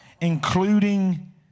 including